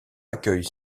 accueille